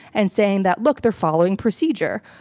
and saying that, look, they're following procedure.